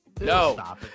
No